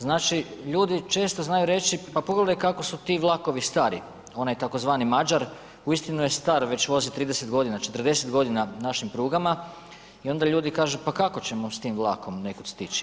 Znači ljudi često znaju reći pa pogledaj kako su ti vlakovi stari, onaj tzv. Mađar uistinu je star već vozi 30 godina, 40 godina našim prugama pa onda ljudi kako ćemo s tim vlakom nekud stići.